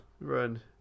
Run